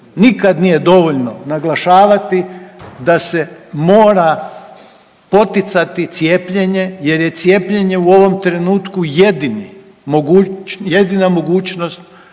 nikad, nije dovoljno naglašavati da se mora poticati cijepljenje jer je cijepljenje u ovom trenutku jedini, jedina mogućnost